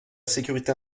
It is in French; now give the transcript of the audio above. sécurité